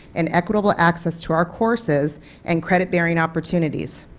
and equitable access to our courses and credit bearing opportunities.